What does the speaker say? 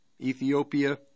Ethiopia